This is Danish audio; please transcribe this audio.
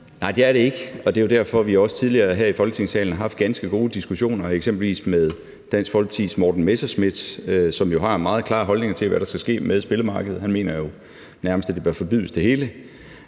Nej, det er det ikke, og det er jo derfor, at vi også tidligere her i Folketingssalen har haft ganske gode diskussioner med eksempelvis Dansk Folkepartis Morten Messerschmidt, som jo har meget klare holdninger til, hvad der skal ske med spillemarkedet. Han mener jo, at det hele nærmest bør